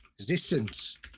existence